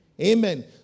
Amen